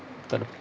takde